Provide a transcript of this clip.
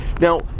Now